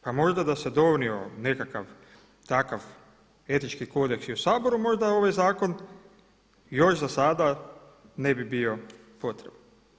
Pa možda da se donio nekakav takav etički kodeks i u Saboru možda ovaj zakon još za sada ne bi bio potreban.